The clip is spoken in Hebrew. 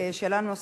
שאלה נוספת.